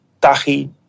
Tahi